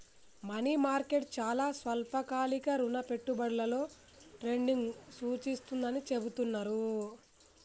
money market చాలా స్వల్పకాలిక రుణ పెట్టుబడులలో ట్రేడింగ్ను సూచిస్తుందని చెబుతున్నరు